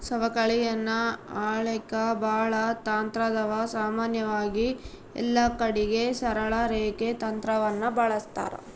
ಸವಕಳಿಯನ್ನ ಅಳೆಕ ಬಾಳ ತಂತ್ರಾದವ, ಸಾಮಾನ್ಯವಾಗಿ ಎಲ್ಲಕಡಿಗೆ ಸರಳ ರೇಖೆ ತಂತ್ರವನ್ನ ಬಳಸ್ತಾರ